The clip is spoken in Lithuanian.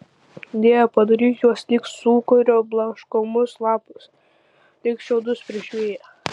dieve padaryk juos lyg sūkurio blaškomus lapus lyg šiaudus prieš vėją